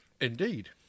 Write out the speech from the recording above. Indeed